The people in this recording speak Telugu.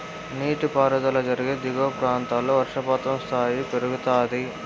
నీటిపారుదల జరిగే దిగువ ప్రాంతాల్లో వర్షపాతం స్థాయిలు పెరుగుతాయి